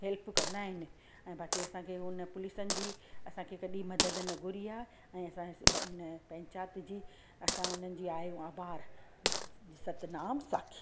help कंदा आहिनि ऐं बाक़ी असांखे हुन पुलिसनि जी असां खे कॾहिं मदद न घुरी आहे ऐं असां भाई हिन पंचायत जी असां उन्हनि जी आहियूं आभारु सतनाम साखी